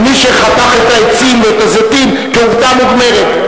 ומי שחתך את העצים ואת הזיתים כעובדה מוגמרת,